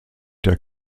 der